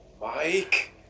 Mike